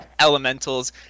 elementals